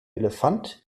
elefant